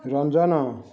Ranjan